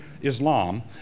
Islam